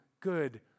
good